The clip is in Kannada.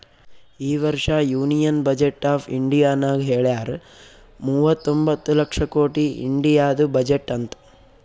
ಈ ವರ್ಷ ಯೂನಿಯನ್ ಬಜೆಟ್ ಆಫ್ ಇಂಡಿಯಾನಾಗ್ ಹೆಳ್ಯಾರ್ ಮೂವತೊಂಬತ್ತ ಲಕ್ಷ ಕೊಟ್ಟಿ ಇಂಡಿಯಾದು ಬಜೆಟ್ ಅಂತ್